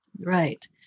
right